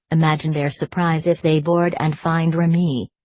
imagine their surprise if they board and find remy.